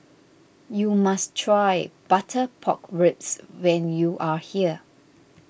you must try Butter Pork Ribs when you are here